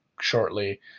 shortly